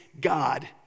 God